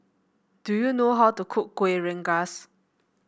do you know how to cook Kueh Rengas